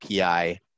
API